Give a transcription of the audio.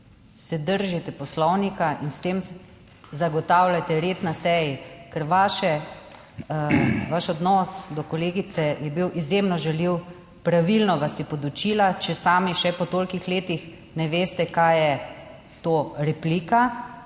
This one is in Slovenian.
se držite poslovnika in s tem zagotavljate red na seji. Ker vaš odnos do kolegice je bil izjemno žaljiv. Pravilno vas je podučila, če sami še po tolikih letih ne veste kaj je to replika,